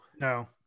No